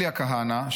אליה כהנא,